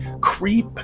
creep